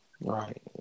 Right